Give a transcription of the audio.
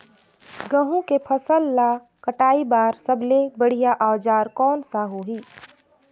गहूं के फसल ला कटाई बार सबले बढ़िया औजार कोन सा होही?